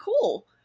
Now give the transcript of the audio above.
cool